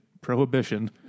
Prohibition